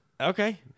Okay